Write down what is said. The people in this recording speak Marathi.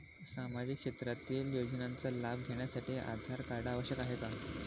सामाजिक क्षेत्रातील योजनांचा लाभ घेण्यासाठी आधार कार्ड आवश्यक आहे का?